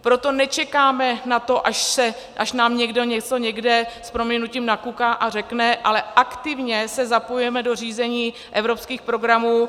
Proto nečekáme na to, až nám někdo něco někde s prominutím nakuká a řekne, ale aktivně se zapojujeme do řízení evropských programů.